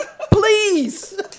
Please